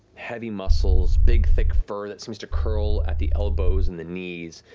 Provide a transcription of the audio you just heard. heavy muscles, big thick fur that seems to curl at the elbows and the knees.